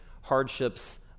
hardships